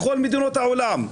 בכל מדינות העולם,